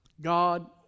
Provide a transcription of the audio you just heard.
God